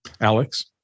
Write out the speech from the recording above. Alex